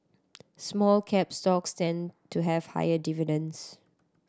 small cap stocks tend to have higher dividends